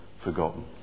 forgotten